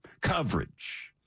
coverage